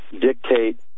dictate